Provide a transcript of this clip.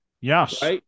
Yes